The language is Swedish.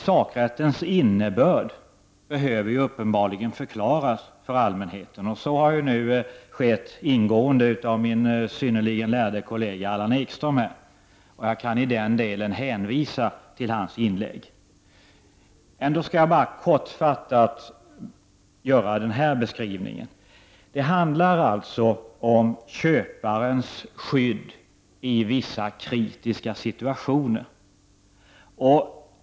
Sakrättens innebörd behöver uppenbarligen förklaras för allmänheten, och det har ju nu min synnerligen lärde kollega Allan Ekström gjort på ett ingående sätt. Jag kan i den delen hänvisa till hans inlägg. Ändå skall jag bara kortfattat göra följande beskrivning. Det handlar om köparens skydd i vissa kritiska situationer.